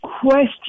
question